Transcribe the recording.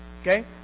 Okay